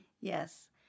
Yes